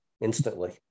instantly